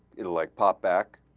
intellect pop back